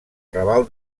raval